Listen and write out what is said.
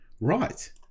Right